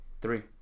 Three